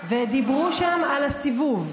ודיברו שם על הסיבוב,